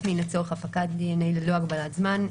מין לצורך הפקת דנ"א ללא הגבלת זמן),